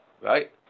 right